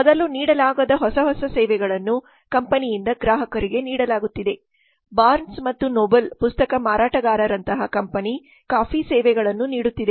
ಮೊದಲು ನೀಡಲಾಗದ ಹೊಸ ಹೊಸ ಸೇವೆಗಳನ್ನುಕಂಪನಿಯಿಂದ ಗ್ರಾಹಕರಿಗೆ ನೀಡಲಾಗುತ್ತಿದೆ ಬಾರ್ನ್ಸ್ ಮತ್ತು ನೋಬಲ್ ಪುಸ್ತಕ ಮಾರಾಟಗಾರರಂತಹ ಕಂಪನಿ ಕಾಫಿ ಸೇವೆಗಳನ್ನು ನೀಡುತ್ತಿದೆ